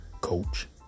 Coach